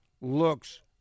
looks